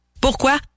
Pourquoi